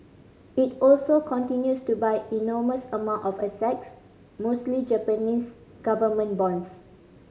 it also continues to buy enormous amount of assets mostly Japanese government bonds